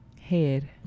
head